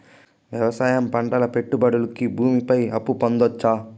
వ్యవసాయం పంటల పెట్టుబడులు కి భూమి పైన అప్పు పొందొచ్చా?